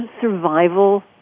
survival